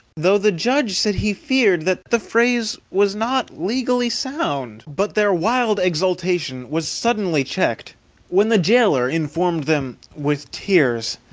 though the judge said he feared that the phrase was not legally sound. but their wild exultation was suddenly checked when the jailer informed them, with tears,